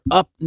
up